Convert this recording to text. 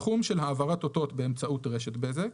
התחום של העברת אותות באמצעות רשת בזק".